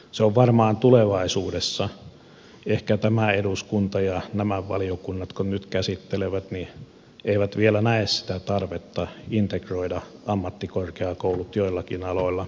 se on varmaan tulevaisuudessa niin vaikka ehkä tämä eduskunta ja nämä valiokunnat kun nyt käsittelevät tätä eivät vielä näe sitä tarvetta integroida ammattikorkeakouluja joillakin aloilla yliopistoihin